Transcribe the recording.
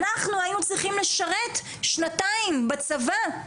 אנחנו היינו צריכים לשרת שנתיים בצבא,